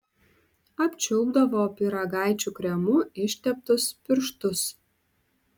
apčiulpdavo pyragaičių kremu išteptus pirštus